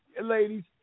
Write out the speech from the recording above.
ladies